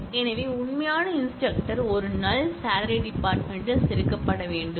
எனவே உண்மையான இன்ஸ்டிரக்டர் ஒரு நல் சாலரி டிபார்ட்மென்ட் யில் செருகப்பட வேண்டும்